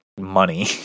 money